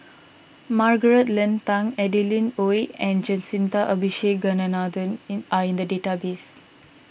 Margaret Leng Tan Adeline Ooi and Jacintha Abisheganaden in are in the database